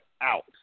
out